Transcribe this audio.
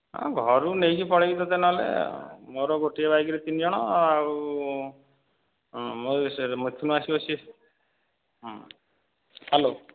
ହଁ ଘରୁ ନେଇକି ପଳାଇବି ତତେ ନହେଲେ ମୋର ଗୋଟିଏ ବାଇକ୍ରେ ତିନି ଜଣ ଆଉ ମୋର ସେ ମିଥୁନ ଆସିବ ସେ ଯିବ ହଁ ହ୍ୟାଲୋ